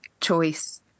choice